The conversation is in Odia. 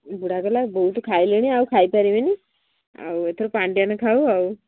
ବୁଢ଼ା କହିଲା ବହୁତ ଖାଇଲିଣି ଆଉ ଖାଇପାରିବିନି ଆଉ ଏଥର ପାଣ୍ଡିଆନ ଖାଉ ଆଉ